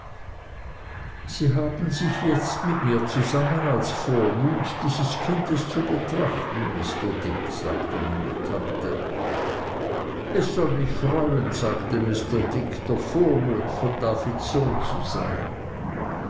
sie haben sich jetzt mit mir zusammen als vormund dieses kindes zu betrachten mr dick sagte meine tante es soll mich freuen sagte mr dick der vormund von davids sohn zu sein